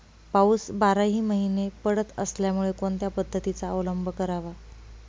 पाऊस बाराही महिने पडत असल्यामुळे कोणत्या पद्धतीचा अवलंब करावा?